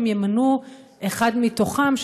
הם ימנו אחד מתוכם,